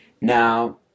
Now